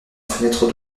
fenêtre